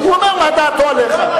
אז הוא אומר מה דעתו עליך.